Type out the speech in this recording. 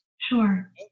Sure